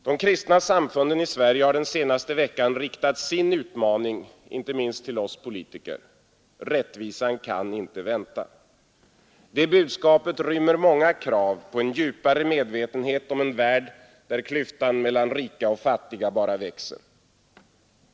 De kristna samfunden i Sverige har den senaste veckan riktat sin utmaning till inte minst oss politiker: ”Rättvisan kan inte vänta.” Det budskapet rymmer många krav på en djupare medvetenhet om en värld där klyftan mellan rika och fattiga bara växer.